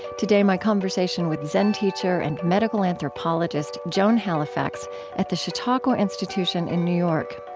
today, my conversation with zen teacher and medical anthropologist joan halifax at the chautauqua institution in new york.